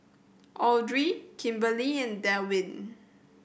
Audry Kimberli and Delwin